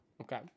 Okay